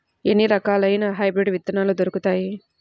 ఎన్ని రకాలయిన హైబ్రిడ్ విత్తనాలు దొరుకుతాయి?